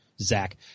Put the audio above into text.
Zach